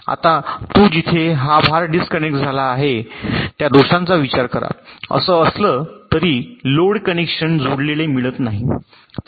आता तु जिथे हा भार डिस्कनेक्ट झाला आहे त्या दोषांचा विचार करा असं असलं तरी हे लोड कनेक्शन जोडलेले मिळत नाही